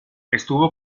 estuvo